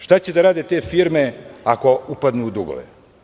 Šta će da urade te firme ako upadnu u dugove?